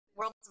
world